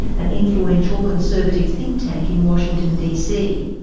an influential conservative think-tank in washington dc.